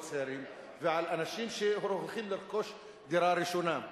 צעירים ועל אנשים שהולכים לרכוש דירה ראשונה.